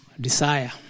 Desire